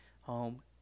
home